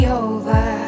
over